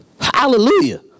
Hallelujah